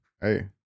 Hey